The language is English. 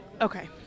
Okay